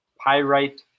pyrite